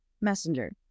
messenger